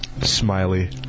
Smiley